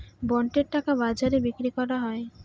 বন্ডের টাকা বাজারে বিক্রি করা হয়